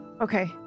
Okay